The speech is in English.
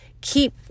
Keep